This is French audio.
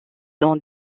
dans